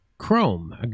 Chrome